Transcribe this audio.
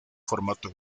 formato